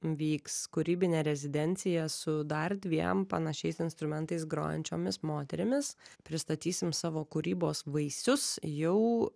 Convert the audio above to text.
vyks kūrybinė rezidencija su dar dviem panašiais instrumentais grojančiomis moterimis pristatysim savo kūrybos vaisius jau